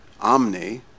omni